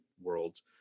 worlds